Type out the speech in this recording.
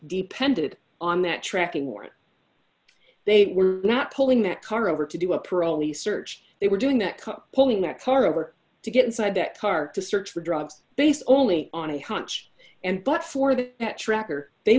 depended on that tracking warrant they were not pulling that car over to do a parolee search they were doing that cop pulling that car over to get inside that car to search for drugs based only on a hunch and but for the t